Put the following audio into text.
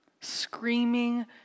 screaming